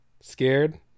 Scared